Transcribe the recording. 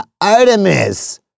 Artemis